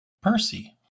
Percy